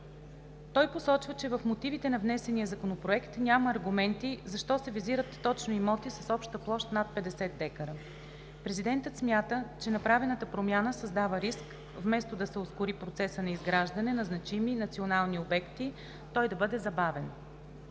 Той посочва, че в мотивите на внесения законопроект няма аргументи защо се визират точно имоти с обща площ над 50 декара. Президентът смята, че направената промяна създава риск вместо да се ускори процесът на изграждане на значими национални обекти, той да бъде забавен.